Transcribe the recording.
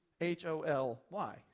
H-O-L-Y